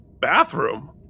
bathroom